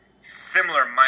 similar